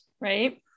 Right